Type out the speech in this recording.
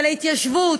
של ההתיישבות,